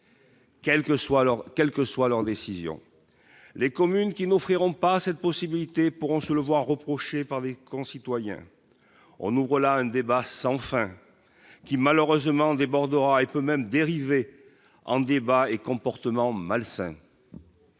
quelle que soit leur décision, les communes qui n'offriront pas cette possibilité, pourront se le voir reprocher par les concitoyens on ouvre voilà un débat sans fin qui malheureusement débordera et peut même dérivé en débat et comportements malsains.